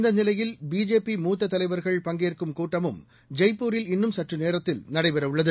இந்த நிலையில் பிஜேபி மூத்த தலைவர்கள் பங்கேற்கும் கூட்டமும் ஜெய்ப்பூரில் இன்னும் சற்று நேரத்தில் நடைபெறவுள்ளது